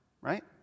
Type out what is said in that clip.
Right